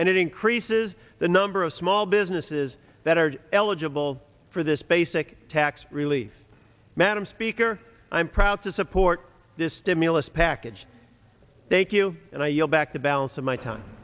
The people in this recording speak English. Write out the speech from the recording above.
and it increases the number of small businesses that are eligible for this basic tax relief madam speaker i'm proud to support this stimulus package thank you and i yield back the balance of my time